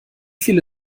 viele